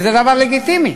וזה דבר לגיטימי.